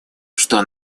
что